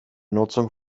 nutzung